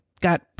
got